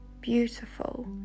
beautiful